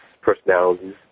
personalities